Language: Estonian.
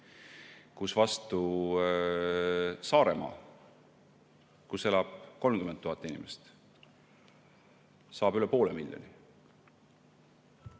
Seevastu Saaremaa, kus elab 30 000 inimest, saab üle poole miljoni.